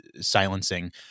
silencing